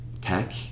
tech